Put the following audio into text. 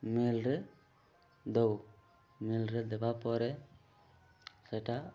ମିଲରେ ଦେଉ ମିଲରେ ଦେବା ପରେ ସେଟା